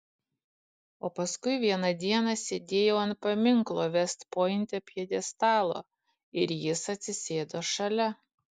o paskui vieną dieną sėdėjau ant paminklo vest pointe pjedestalo ir jis atsisėdo šalia